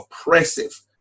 oppressive